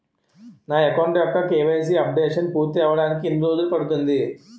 నా అకౌంట్ యెక్క KYC updation పూర్తి అవ్వడానికి ఎన్ని రోజులు పడుతుంది?